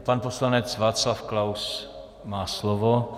Pan poslanec Václav Klaus má slovo.